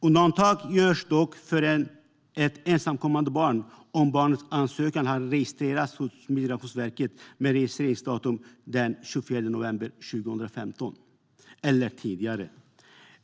Undantag görs dock för ett ensamkommande barn om barnets ansökan har registrerats hos Migrationsverket den 24 november 2015 eller tidigare.